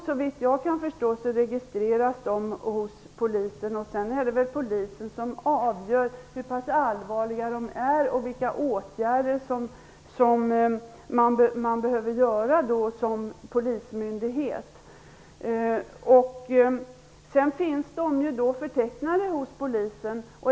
Såvitt jag kan förstå registreras de hos polisen, och sedan avgör polisen hur pass allvarliga de är och vilka åtgärder man behöver vidta som polismyndighet. Incidenterna finns sedan förtecknade hos polisen.